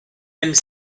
même